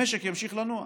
המשק ימשיך לנוע,